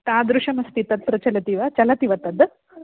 तादृशमस्ति तत्र चलति वा चलति वा तद्